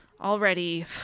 Already